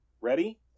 Ready